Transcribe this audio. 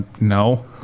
no